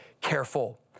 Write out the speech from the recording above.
careful